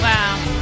Wow